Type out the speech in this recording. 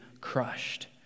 crushed